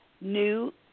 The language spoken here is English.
new